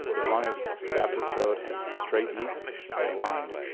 as long as baptist road head straight east, they align,